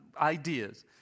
ideas